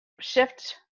shift